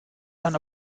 dann